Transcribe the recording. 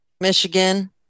Michigan